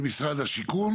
במשרד השיכון